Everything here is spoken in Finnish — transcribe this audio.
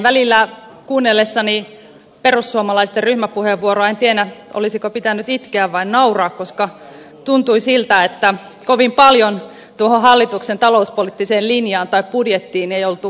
välillä kuunnellessani perussuomalaisten ryhmäpuheenvuoroa en tiennyt olisiko pitänyt itkeä vai nauraa koska tuntui siltä että kovin paljon tuohon hallituksen talouspoliittiseen linjaan tai budjettiin ei ollut paneuduttu